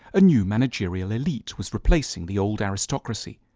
a new managerial elite was replacing the old aristocracy.